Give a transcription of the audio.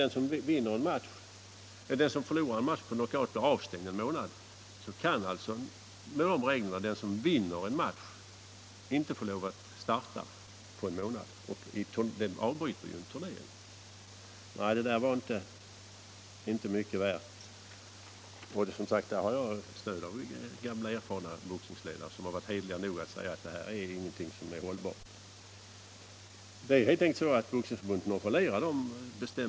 Dessutom blir den som förlorar en match på knockout avstängd på en månad. Enligt reglerna får alltså den som vinner en match inte lov att starta på en månad. Han måste därför avbryta en turnering. Nej, det där var inte mycket värt. Och, som sagt, där har jag stöd av gamla erfarna boxningsledare som har varit hederliga nog att säga att det är inte hållbart. Boxningsförbundet nonchalerar helt enkelt de bestämmelser som statsmakterna beslöt 1969.